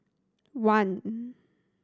one